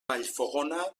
vallfogona